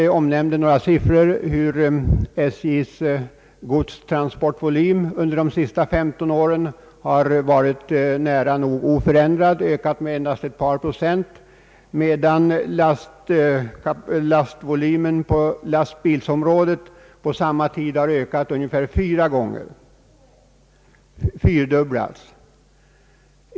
Herr Strandberg gav några siffror på att SJ:s transportvolym under de senaste 15 åren har varit nära nog oförändrad och ökat endast med ett par procent, medan lastbilstrafikens transportvolym under samma tid har ungefär fyrdubblats.